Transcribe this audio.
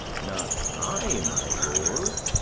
not i, my lord.